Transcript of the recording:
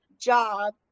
job